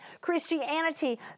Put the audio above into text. Christianity